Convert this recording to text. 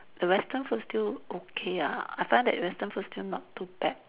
the Western food still okay ah I find that Western food still not too bad